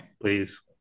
please